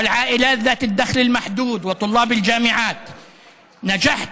ובייחוד השכבות העניות והמוחלשות,